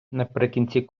наприкінці